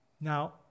Now